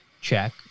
Check